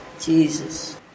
Jesus